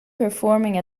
performing